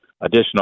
additional